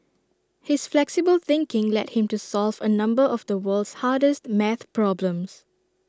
his flexible thinking led him to solve A number of the world's hardest math problems